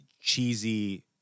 cheesy